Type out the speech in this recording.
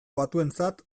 batuentzat